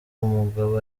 umugabo